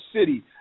city